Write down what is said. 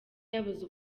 yabuze